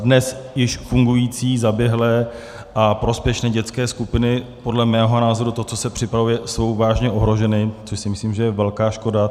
Dnes již fungující, zaběhlé a prospěšné dětské skupiny podle mého názoru tím, co se připravuje, jsou vážně ohroženy, což si myslím, že je velká škoda.